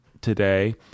today